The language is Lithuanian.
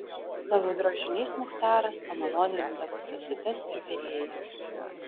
savo drožiniais muchtaras pamalonindavo sesutes ir virėjas